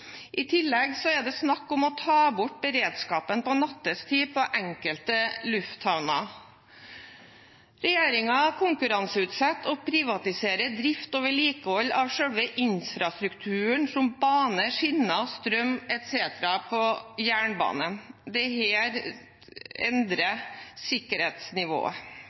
I tillegg er det snakk om å ta bort beredskapen nattestid på enkelte lufthavner. Regjeringen konkurranseutsetter og privatiserer drift og vedlikehold av selve infrastrukturen, som bane, skinner, strøm etc. på jernbanen. Dette endrer sikkerhetsnivået